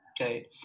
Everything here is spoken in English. Okay